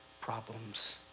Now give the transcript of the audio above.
problems